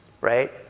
Right